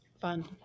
Fun